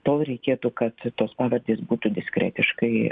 tol reikėtų kad tos pavardės būtų diskretiškai